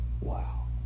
Wow